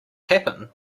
happen